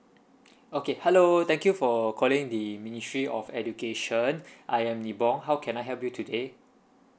okay hello thank you for calling the ministry of education I am nibong how can I help you today